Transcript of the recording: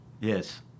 Yes